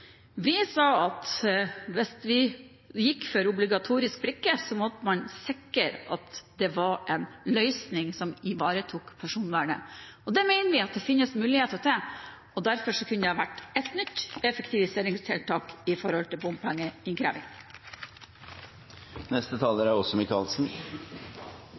Vi sa at hvis vi skulle gått inn for obligatorisk brikke, måtte man sikret at det var en løsning som ivaretok personvernet. Det mener vi at det finnes muligheter for. Derfor kunne det vært et nytt effektiviseringstiltak når det gjelder bompengeinnkreving.